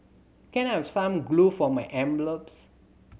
can I have some glue for my envelopes